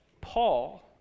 Paul